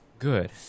Good